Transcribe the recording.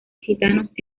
gitanos